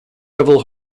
revel